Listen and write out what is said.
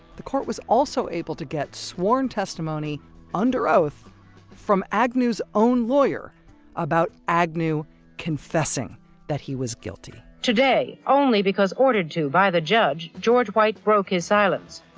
the court was also able to get sworn testimony under oath from agnew's own lawyer about agnew confessing that he was guilty today only because ordered to by the judge george white broke his silence.